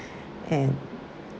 and